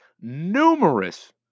numerous